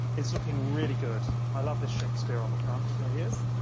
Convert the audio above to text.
it's looking really good, i love the shakespeare on the front. there he is.